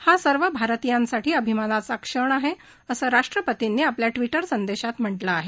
हा सर्व भारतीयांसाठी अभिमानाचा क्षण आहे असं राष्ट्रपर्तीनी आपल्या ट्विटर संदेशात म्हटलं आहे